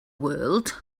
world